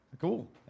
Cool